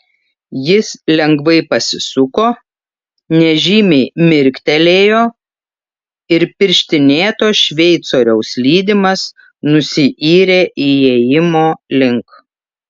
jis lengvai pasisuko nežymiai mirktelėjo ir pirštinėto šveicoriaus lydimas nusiyrė įėjimo link